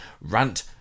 Rant